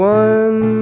one